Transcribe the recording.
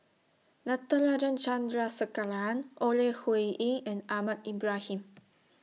Natarajan Chandrasekaran Ore Huiying and Ahmad Ibrahim